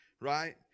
right